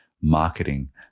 marketing